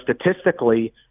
statistically